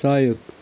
सहयोग